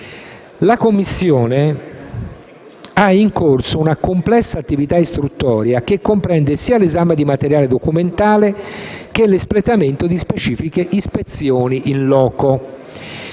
La commissione ha in corso una complessa attività istruttoria che comprende sia l'esame di materiale documentale che l'espletamento di specifiche ispezioni *in loco*.